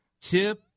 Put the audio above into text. Tip